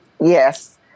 Yes